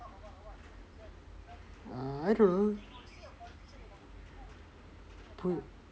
ah I don't know